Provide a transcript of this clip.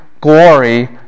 glory